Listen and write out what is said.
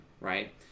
right